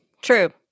True